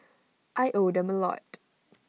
I owe them A lot